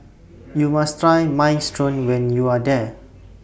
YOU must Try Minestrone when YOU Are There